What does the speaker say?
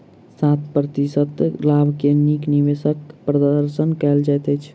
सात प्रतिशत लाभ के नीक निवेश प्रदर्शन कहल जाइत अछि